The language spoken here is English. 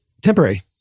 temporary